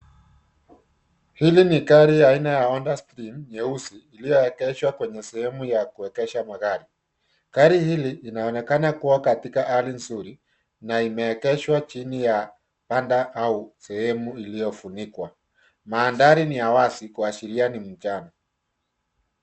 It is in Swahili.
Hili ni gari aina ya Honda Stream nyeusi ulioegeshwa kwenye sehemu ya kuegesha magari, gari hili inaonekana kuwa katika hali nzuri na imeegeshwa jini ya panda au sehemu iliofunikwa. Maandari ni ya wazi kuashiria ni mchana.